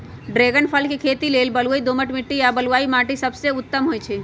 dragon फल के खेती लेल बलुई दोमट माटी आ बलुआइ माटि सबसे उत्तम होइ छइ